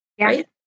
Right